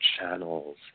channels